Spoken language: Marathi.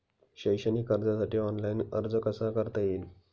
शैक्षणिक कर्जासाठी ऑनलाईन अर्ज कसा करता येईल?